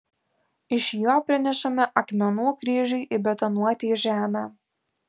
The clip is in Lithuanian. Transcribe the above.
iš jo prinešame akmenų kryžiui įbetonuoti į žemę